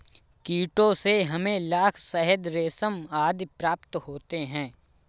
कीटों से हमें लाख, शहद, रेशम आदि प्राप्त होते हैं